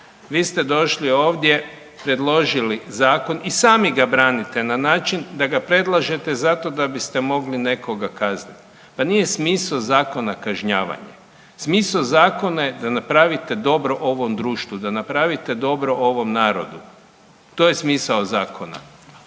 Vi ste došli ovdje predložili zakon i sami ga branite na način da predlažete zato da biste mogli nekoga kaznit. Pa nije smisao zakona kažnjavanje. Smisao zakona je da napravite dobro ovom društvu, da napravite dobro ovom narodu. To je smisao zakona.